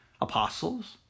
apostles